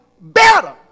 better